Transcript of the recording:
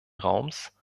raums